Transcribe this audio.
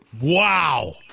Wow